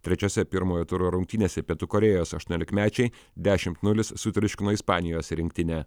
trečiose pirmojo turo rungtynėse pietų korėjos aštuoniolikmečiai dešimt nulis sutriuškino ispanijos rinktinę